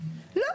לא,